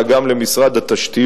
אלא הוא גם משותף למשרד התשתיות.